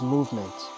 Movement